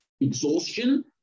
exhaustion